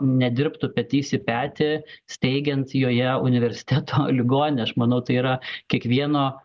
nedirbtų petys į petį steigiant joje universiteto ligoninę aš manau tai yra kiekvieno